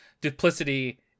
duplicity